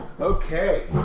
Okay